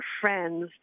friends